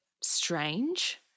strange